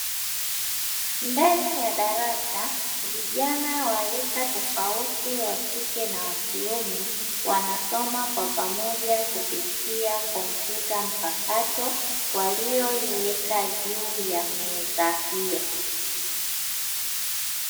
Ndani ya darasa, vijana wa rika tofauti, wa kike na wa kiume, wanasoma kwa pamoja kupitia kompyuta mpakato, walio iweka juu ya meza hiyo.